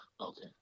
Okay